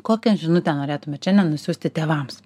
kokią žinutę norėtumėt šiandien nusiųsti tėvams